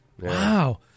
Wow